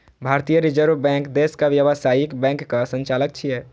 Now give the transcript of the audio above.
भारतीय reserve bank देशक व्यावसायिक बैंकक संचालक छियै